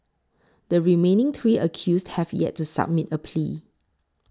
the remaining three accused have yet to submit a plea